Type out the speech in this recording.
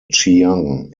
chiang